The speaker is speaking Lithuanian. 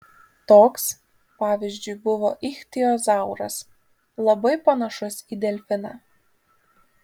toks pavyzdžiui buvo ichtiozauras labai panašus į delfiną